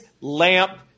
lamp